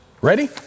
Ready